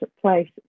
place